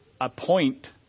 appoint